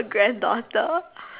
granddaughter